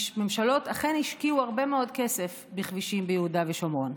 ממשלות אכן השקיעו הרבה מאוד כסף בכבישים ביהודה ושומרון.